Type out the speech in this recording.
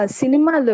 cinema